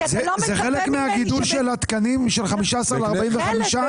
זה חלק מהגידול של התקנים מ-15 ל-45?